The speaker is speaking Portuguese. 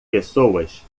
pessoas